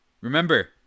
remember